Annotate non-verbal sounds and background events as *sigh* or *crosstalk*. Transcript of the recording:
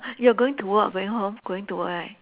*breath* you're going to work or going home going to work right